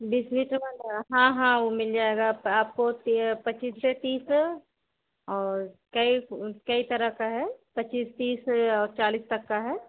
बीस बीस तो बन रहा हाँ हाँ वह मिल जाएगा आप आपको तो पच्चीस से तीस और कई कई तरह का है पच्चीस तीस और चालीस तक का है